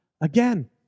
again